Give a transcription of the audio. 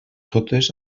totes